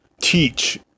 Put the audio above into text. teach